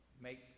make